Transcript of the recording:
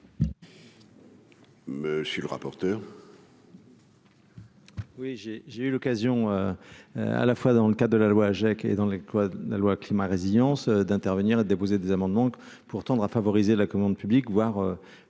monsieur le rapporteur,